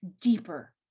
deeper